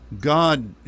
God